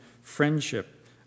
friendship